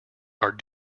are